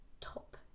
top